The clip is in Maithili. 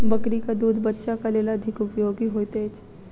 बकरीक दूध बच्चाक लेल अधिक उपयोगी होइत अछि